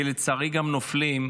שלצערי גם נופלים,